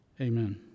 amen